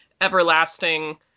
everlasting